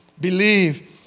believe